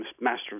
Master